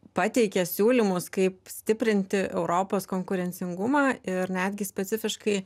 pateikia siūlymus kaip stiprinti europos konkurencingumą ir netgi specifiškai